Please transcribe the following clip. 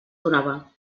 donava